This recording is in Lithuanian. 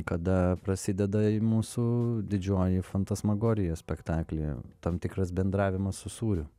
kada prasideda mūsų didžioji fantasmagorija spektaklyje tam tikras bendravimas su sūriu